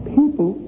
People